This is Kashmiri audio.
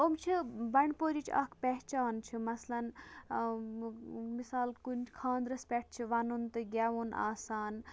یِم چھِ بَنٛڈپوٗرِچ اَکھ پیٚہچان چھِ مَثلن مِثال کُنہِ خانٛدرس پٮ۪ٹھ چھ وَنُن تہٕ گٮ۪وُن آسان